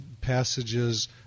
passages